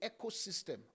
ecosystem